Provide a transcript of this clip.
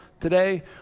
today